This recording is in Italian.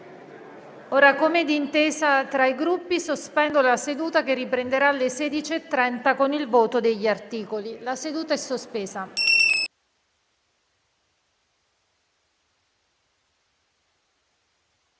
Come da intesa tra i Gruppi, sospendo la seduta che riprenderà alle 16,30 con il voto degli articoli. *(La seduta, sospesa